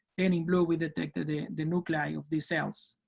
and in blue, we detected the the nuclei of the cells.